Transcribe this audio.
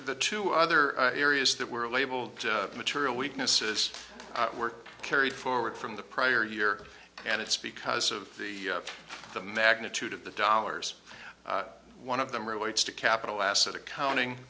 the two other areas that were labeled material weaknesses work carried forward from the prior year and it's because of the the magnitude of the dollars one of them relates to capital asset accounting